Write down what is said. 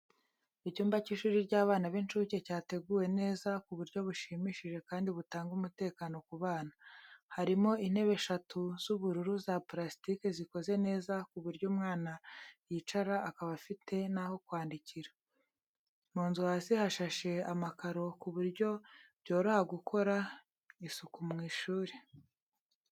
Icyumba cy’ishuri ry'abana b’incuke cyateguwe neza ku buryo bushimishije kandi butanga umutekano ku bana. Harimo intebe eshatu z'ubururu za pulasitike zikoze neza ku buryo umwana yicara akaba afite n'aho kwandikira. Mu nzu hasi hashashe amakaro ku buryo byoroha gukora isuku mu ishuri.